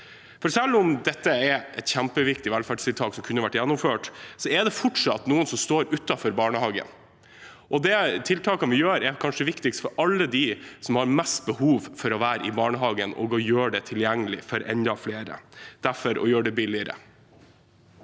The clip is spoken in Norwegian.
Selv om dette er et kjempeviktig velferdstiltak, som kunne vært gjennomført, så er det fortsatt noen som står utenfor barnehagen. De tiltakene vi gjør, er kanskje viktigst for alle dem som har mest behov for å være i barnehage, og for å gjøre den tilgjengelig for enda flere, gjør vi det billigere.